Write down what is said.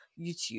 youtube